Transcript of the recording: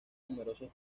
numerosos